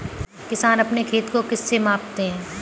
किसान अपने खेत को किससे मापते हैं?